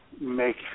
make